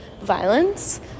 violence